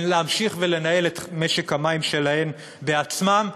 להמשיך ולנהל את משק המים שלהן בעצמן,